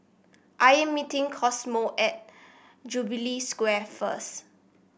I am meeting Cosmo at Jubilee Square first